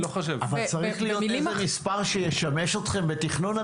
אבל צריך להיות איזה מספר שישמש אתכם בתכנון עתידי.